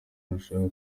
nashakaga